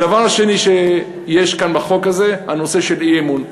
הדבר השני שיש כאן בחוק הזה הוא הנושא של האי-אמון.